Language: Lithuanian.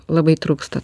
labai trūksta